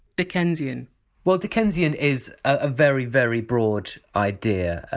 dickensian well! dickensian! is a very very broad idea.